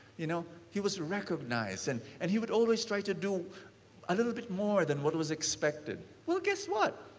you know. he was recognized and and he would always try to do a little bit more than what was expected. well, guess what?